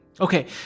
Okay